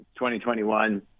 2021